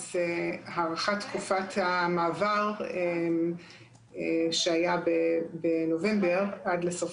הארכת תקופת המעבר שהיה בנובמבר עד לסוף